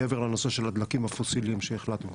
מעבר לנושא של הדלקים הפוסילים שהחלטנו?